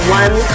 one